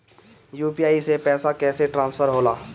UPI से पैसा कैसे ट्रांसफर होला?